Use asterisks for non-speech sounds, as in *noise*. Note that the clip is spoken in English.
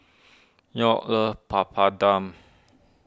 *noise* York loves Papadum